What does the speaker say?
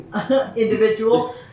individual